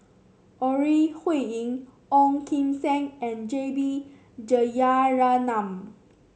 Ore Huiying Ong Kim Seng and J B Jeyaretnam